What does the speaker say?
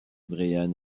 bryan